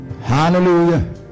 Hallelujah